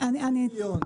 20 מיליון.